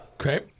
Okay